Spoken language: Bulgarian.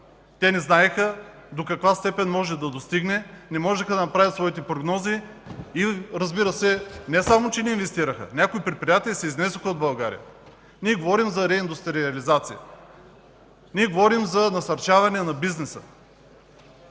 Те не знаеха до каква степен може да достигне и не можеха да направят своите прогнози. Те, разбира се, не само не инвестираха, а някои предприятия се изнесоха от България. Ние говорим за реиндустриализация, ние говорим за насърчаване на бизнеса.